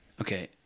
okay